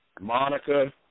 monica